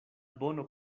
bono